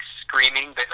screaming